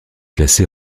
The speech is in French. classé